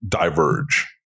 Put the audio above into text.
diverge